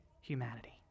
humanity